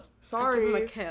sorry